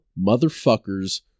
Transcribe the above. motherfuckers